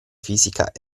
fisica